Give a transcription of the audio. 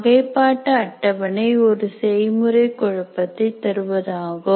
வகைப்பாட்டு அட்டவணை ஒரு செய்முறை குழப்பத்தை தருவதாகவும்